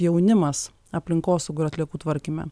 jaunimas aplinkosaugų ir atliekų tvarkyme